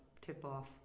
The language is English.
tip-off